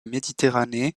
méditerranée